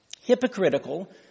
hypocritical